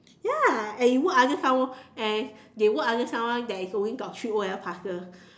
ya and you work under someone and they work under someone that is only got three o-level passes